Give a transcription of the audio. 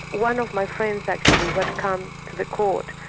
one of my friends actually who had come to the court,